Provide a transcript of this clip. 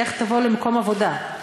איך תבוא למקום עבודה?